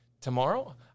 Tomorrow